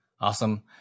Awesome